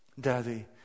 Daddy